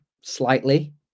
slightly